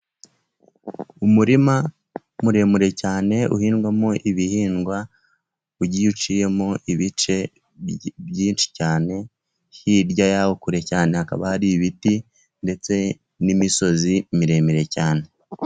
Umurima muremure cyane uhindwamo ibihingwa ugiye uciyemo ibice byinshi cyane, hirya yaho kure cyane hakaba hari ibiti ndetse n'imisozi miremire cyane.